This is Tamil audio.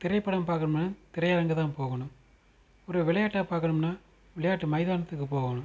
திரைப்படம் பார்க்கணும்னா திரையரங்கு தான் போகணும் ஒரு விளையாட்டை பார்க்கணும்னா விளையாட்டு மைதானத்துக்கு போகணும்